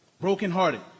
brokenhearted